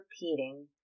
repeating